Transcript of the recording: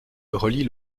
relie